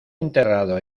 enterrado